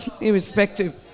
Irrespective